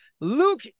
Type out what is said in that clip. Luke